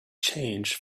change